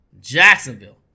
Jacksonville